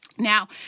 Now